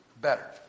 better